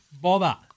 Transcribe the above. bother